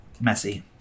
messy